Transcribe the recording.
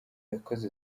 yakoze